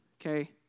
okay